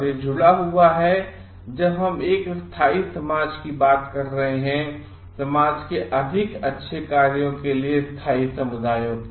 और यह जुड़ा हुआ है जब हम एक स्थायी समाज की बात कर रहे हैं समाज के अधिक अच्छे के लिए स्थायी समुदायों